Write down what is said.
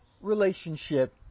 relationship